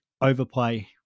overplay